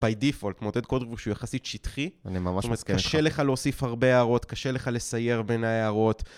By default, מעודד code review שהוא יחסית שטחי. אני ממש... קשה לך להוסיף הרבה הערות, קשה לך לסייר בין ההערות.